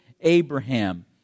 Abraham